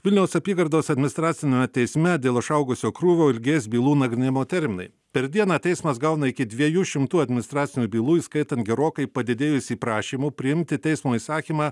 vilniaus apygardos administraciniame teisme dėl išaugusio krūvio ilgės bylų nagrinėjimo terminai per dieną teismas gauna iki dviejų šimtų administracinių bylų įskaitant gerokai padidėjusį prašymų priimti teismo įsakymą